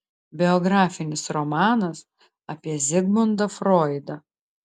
biografinis romanas apie zigmundą froidą